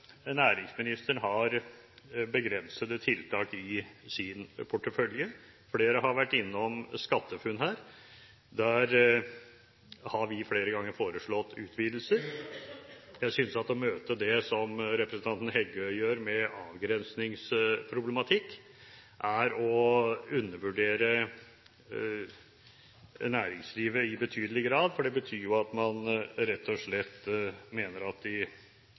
næringsministeren har begrensede tiltak i sin portefølje. Flere har vært innom SkatteFUNN. Der har vi flere ganger foreslått utvidelser. Jeg synes at å møte det, slik representanten Heggø gjør, med avgrensingsproblematikk er å undervurdere næringslivet i betydelig grad. Det betyr at man rett og slett mener at de